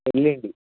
సర్లేండి